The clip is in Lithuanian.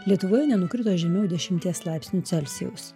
lietuvoje nenukrito žemiau dešimties laipsnių celsijaus